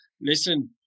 listen